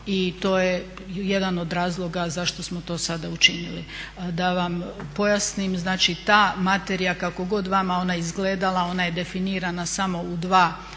I to je jedan od razloga zašto smo to sada učinili. Da vam pojasnim, znači ta materija kako god vama ona izgledala ona je definirana samo u dva članka